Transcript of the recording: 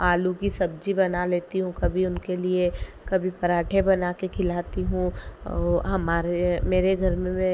आलू की सब्जी बना लेती हूँ कभी उनके लिए कभी पराठे बना के खिलाती हूँ हमारे मेरे घर में